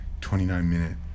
29-minute